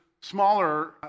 smaller